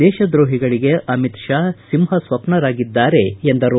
ದೇಶ ದ್ರೋಹಿಗಳಿಗೆ ಅಮಿತ್ ಶಾ ಸಿಂಹಸ್ವಪ್ನವಾಗಿದ್ದಾರೆ ಎಂದರು